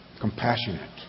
compassionate